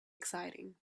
exciting